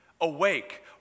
awake